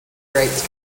rates